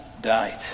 died